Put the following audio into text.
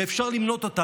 ואפשר למנות אותן.